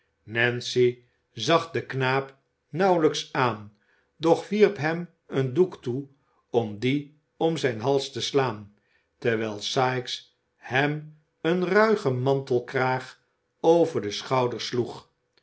nancy zag den knaap nauwelijks aan doch wierp hem een doek toe om dien om zijn hals te slaan terwijl sikes hem een ruigen mantelkraag over de schouders sloeg